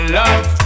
love